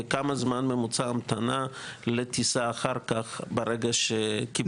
וכמה זמן ממוצע המתנה לטיסה אחר כך ברגע שקיבלו ---?